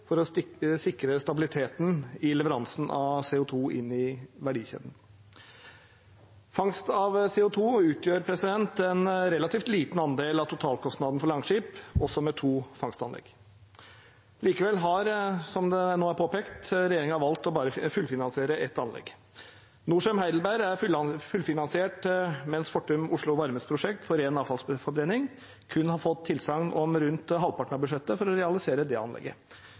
for å sikre stabiliteten i leveransen av CO 2 inn i verdikjeden. Fangst av CO 2 utgjør en relativt liten andel av totalkostnaden for Langskip, også med to fangstanlegg. Likevel har regjeringen, som det nå er påpekt, valgt å fullfinansiere bare ett anlegg. Norcem Heidelberg er fullfinansiert, mens Fortum Oslo Varmes prosjekt for ren avfallsforbrenning kun har fått tilsagn om rundt halvparten av budsjettet for å realisere det anlegget.